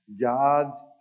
God's